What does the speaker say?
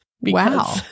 Wow